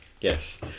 Yes